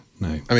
no